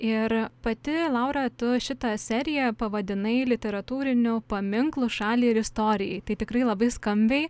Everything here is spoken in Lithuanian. ir pati laura tu šitą seriją pavadinai literatūrinių paminklų šaliai ir istorijai tai tikrai labai skambiai